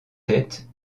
tête